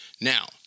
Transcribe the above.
Now